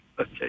Okay